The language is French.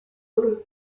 volonté